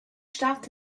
stat